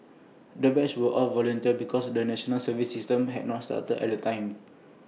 the batch were all volunteers because the National Service system had not started at the time